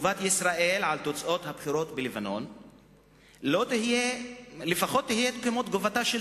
שתגובת ישראל על תוצאות הבחירות בלבנון לפחות תהיה כמו תגובתה של